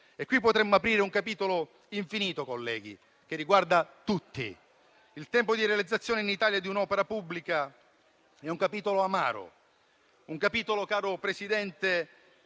E qui potremmo aprire un capitolo infinito, colleghi, che riguarda tutti. Il tempo di realizzazione in Italia di un'opera pubblica è un capitolo amaro; un capitolo, caro Presidente,